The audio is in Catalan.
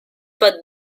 pot